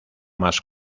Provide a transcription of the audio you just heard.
más